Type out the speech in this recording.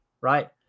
right